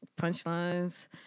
punchlines